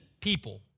people